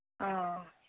औ